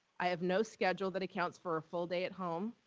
i have no schedule that accounts for a full day at home.